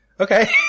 Okay